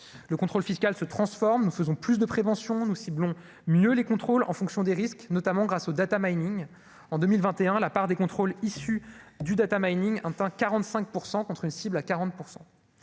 le contrôle fiscal se transforme, nous faisons plus de prévention, nous ciblons mieux les contrôles en fonction des risques, notamment grâce aux Data Mining en 2021, la part des contrôles issu du Data Mining 45 % contre cible à 40